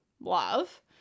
Love